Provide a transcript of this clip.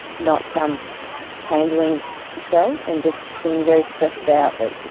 not um handling myself and just being very stressed out. but